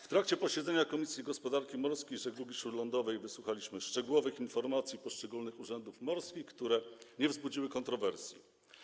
W trakcie posiedzenia Komisji Gospodarki Morskiej i Żeglugi Śródlądowej wysłuchaliśmy szczegółowych informacji poszczególnych urzędów morskich, które nie wzbudziły kontrowersji.